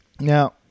Now